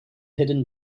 hidden